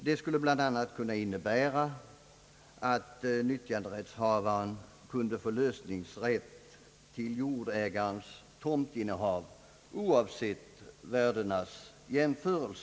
Det skulle bl.a. kunna innebära att nyttjanderättshavaren kunde få lösningsrätt till jordägarens tomtinnehav oavsett skillnaden i värden.